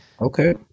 Okay